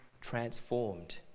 transformed